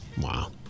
Wow